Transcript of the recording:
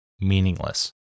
meaningless